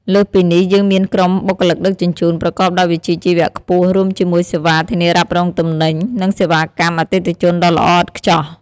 លើសពីនេះ យើងមានក្រុមបុគ្គលិកដឹកជញ្ជូនប្រកបដោយវិជ្ជាជីវៈខ្ពស់ រួមជាមួយសេវាធានារ៉ាប់រងទំនិញ និងសេវាកម្មអតិថិជនដ៏ល្អឥតខ្ចោះ។